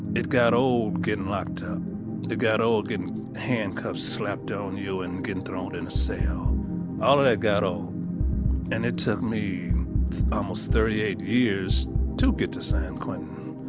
it got old gettin' locked up. ah it got old gettin' handcuffs slapped on you and gettin' thrown in a cell ah and got old and it took me almost thirty eight years to get to san quentin.